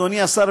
אדוני השר,